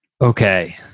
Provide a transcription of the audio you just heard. Okay